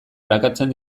arakatzen